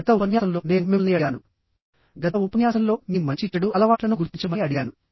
గత ఉపన్యాసంలో నేను మిమ్మల్ని అడిగాను గత ఉపన్యాసంలో మీ మంచి చెడు అలవాట్లను గుర్తించమని అడిగాను